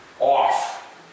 off